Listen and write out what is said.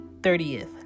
30th